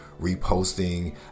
reposting